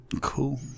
cool